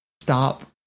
stop